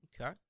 Okay